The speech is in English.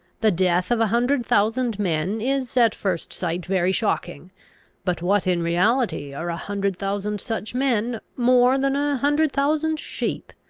the death of a hundred thousand men is at first sight very shocking but what in reality are a hundred thousand such men, more than a hundred thousand sheep?